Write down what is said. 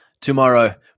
tomorrow